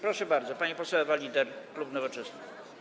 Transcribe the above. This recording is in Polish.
Proszę bardzo, pani poseł Ewa Lieder, klub Nowoczesna.